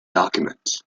documents